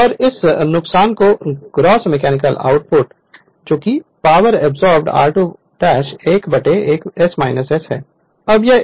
और इस नुकसान को ग्रॉस मैकेनिकल आउटपुट से घटाया जाएगा जो कि पावर अब्जॉर्ब्ड r2 ' 1 s - 1 है